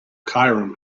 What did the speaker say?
cairum